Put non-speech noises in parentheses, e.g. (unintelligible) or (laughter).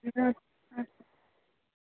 (unintelligible)